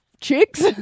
chicks